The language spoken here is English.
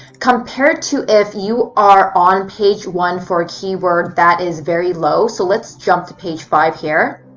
compared to if you are on page one for a keyword that is very low. so let's jump to page five here.